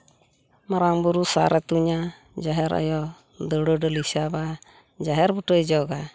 ᱢᱟᱨᱟᱝ ᱵᱩᱨᱩ ᱥᱟᱨᱮᱭ ᱛᱩᱧᱟ ᱡᱟᱦᱮᱨ ᱟᱭᱩ ᱫᱟᱹᱣᱲᱟᱹ ᱰᱟᱹᱞᱤᱭ ᱥᱟᱵᱟ ᱡᱟᱦᱮᱨ ᱵᱩᱴᱟᱹᱭ ᱡᱚᱜᱟ